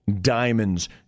diamonds